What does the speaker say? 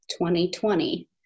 2020